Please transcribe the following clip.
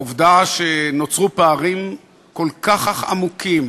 העובדה שנוצרו פערים כל כך עמוקים